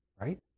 Right